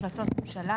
החלטות ממשלה,